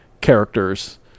characters